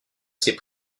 ces